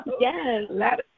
yes